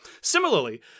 Similarly